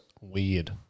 weird